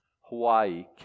Hawaii